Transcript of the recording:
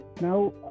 now